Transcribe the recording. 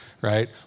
Right